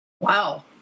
Wow